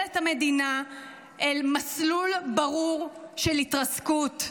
את המדינה אל מסלול ברור של התרסקות,